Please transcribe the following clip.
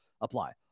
apply